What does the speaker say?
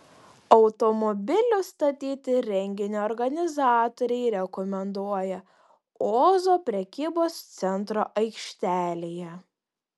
automobilius statyti renginio organizatoriai rekomenduoja ozo prekybos centro aikštelėje